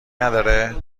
نداره